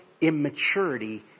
immaturity